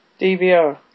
...DVR